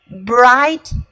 bright